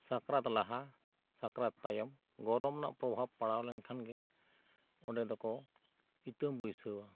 ᱥᱟᱠᱨᱟᱛ ᱞᱟᱦᱟ ᱥᱟᱠᱨᱟᱛ ᱛᱟᱭᱚᱢ ᱜᱚᱨᱚᱢ ᱱᱟᱜ ᱯᱨᱚᱵᱷᱟᱯ ᱯᱟᱲᱟᱣ ᱞᱮᱱᱠᱷᱟᱱ ᱜᱮ ᱚᱸᱰᱮ ᱫᱚᱠᱚ ᱤᱛᱟᱹ ᱵᱟᱹᱭᱥᱟᱹᱣᱼᱟ